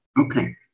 Okay